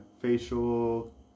facial